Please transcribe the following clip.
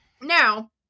now